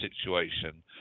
situation